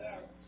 Yes